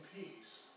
peace